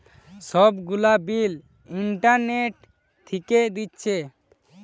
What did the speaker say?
সব গুলা bill internet থিকে দিচ্ছে